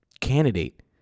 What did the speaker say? candidate